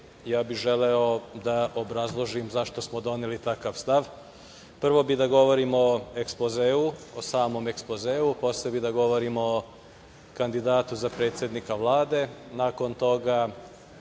bih da obrazložim zašto smo doneli takav stav. Prvo bih govorio o ekspozeu, o samom ekspozeu. Posle bih da govorim o kandidatu za predsednika Vlade. Nakon toga